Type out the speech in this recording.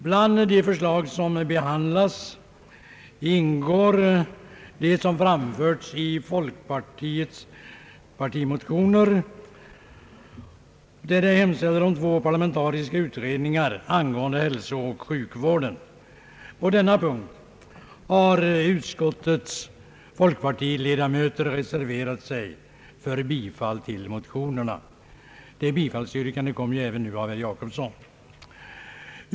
Bland de förslag som behandlas ingår det förslag som framförts i de folkpartimotioner, där det hemställes om två parlamentariska utredningar angående hälsooch sjukvården. På denna punkt har utskottets folkpartiledamöter reserverat sig för bifall till motionerna. Det bifallsyrkandet har ju även framställts nu av herr Jacobsson.